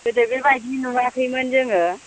गोदो बेबायदि नुवाखैमोन जोङो